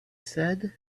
said